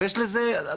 אז זה גלגל,